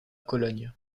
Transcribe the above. cologne